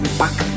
back